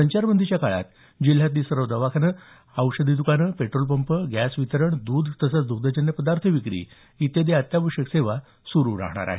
संचारबंदीच्या काळात जिल्ह्यातले सर्व दवाखाने औषधी दुकानं पेट्रोलपंप गॅस वितरण दुध तसंच दुग्धजन्य पदार्थ विक्री इत्यादी अत्यावश्यक सेवा सुरु राहणार आहेत